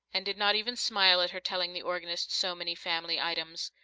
and did not even smile at her telling the organist so many family items.